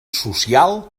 social